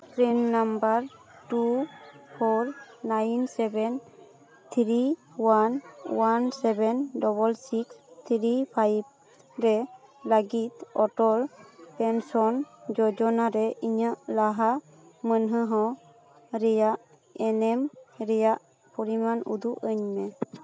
ᱯᱨᱮᱢ number two four nine seven three one one seven double six three five ᱨᱮ ᱞᱟᱹᱜᱤᱫ auto pension ᱡᱳᱡᱳᱱᱟ ᱨᱮ ᱤᱧᱟᱜ ᱞᱟᱦᱟ ᱢᱟᱹᱱᱦᱟᱹ ᱦᱚᱸ ᱨᱮᱭᱟᱜ ᱮᱱᱮᱢ ᱨᱮᱭᱟᱜ ᱯᱚᱨᱤᱢᱟᱱ ᱩᱫᱩᱜ ᱟᱹᱧ ᱢᱮ